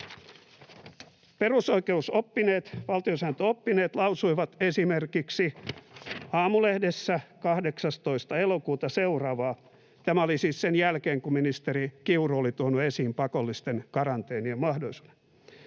Perusoikeusoppineet, valtiosääntöoppineet lausuivat esimerkiksi Aamulehdessä 12. elokuuta seuraavaa — tämä oli siis sen jälkeen, kun ministeri Kiuru oli tuonut esiin pakollisten karanteenien mahdollisuuden: